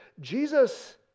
Jesus